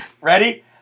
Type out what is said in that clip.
Ready